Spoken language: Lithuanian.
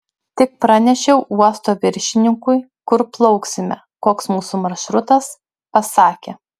tik pranešiau uosto viršininkui kur plauksime koks mūsų maršrutas pasakė